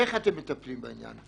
איך אתם מטפלים בעניין.